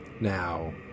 Now